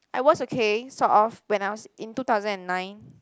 I was okay sort of when I was in two thousand and nine